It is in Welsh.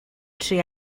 tri